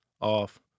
off